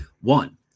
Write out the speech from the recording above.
one